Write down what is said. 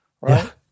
right